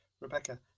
Rebecca